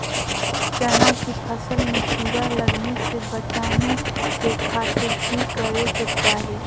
चना की फसल में कीड़ा लगने से बचाने के खातिर की करे के चाही?